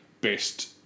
Best